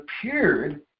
appeared